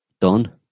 done